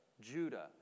Judah